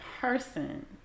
person